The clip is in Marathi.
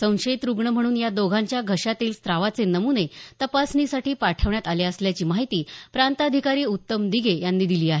संशयित रुग्ण म्हणून या दोघांच्या घशातील स्त्रावाचे नमुने तपासणीसाठी पाठवण्यात आले असल्याची माहिती प्रांताधिकारी उत्तम दिघे यांनी दिली आहे